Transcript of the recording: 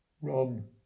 run